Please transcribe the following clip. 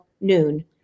noon